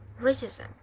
racism